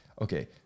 okay